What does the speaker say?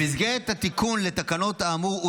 במסגרת התיקון לתקנות האמורות,